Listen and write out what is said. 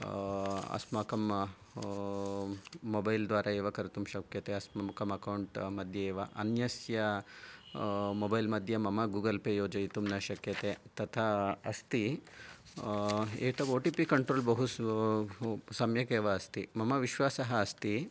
अस्माकं मोबैल् द्वारा एव कर्तुं शक्यते अस्माकं अकौण्ट् मध्ये एव अन्यस्य मोबैल् मध्ये मम गूगल् पे योजयितुं न शक्यते तथा अस्ति एतद् ओ टि पि कण्ट्रोल् बहु सम्यक् एव अस्ति मम विश्वासः अस्ति